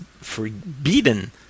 forbidden